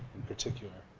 in particular.